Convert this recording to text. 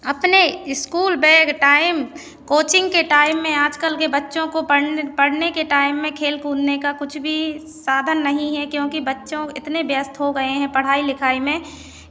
अपने school bag time coaching के time में आज कल के बच्चों को पढ़ने पढ़ने के टाइम में खेल कूदने का कुछ भी साधन नहीं है क्योंकि बच्चों इतने व्यस्त हो गए हैं पढ़ाई लिखाई में